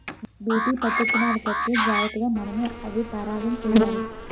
BT పత్తిత్తనాలు తెత్తే జాగ్రతగా మనమే అవి పరాగం చెయ్యాలి